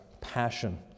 passion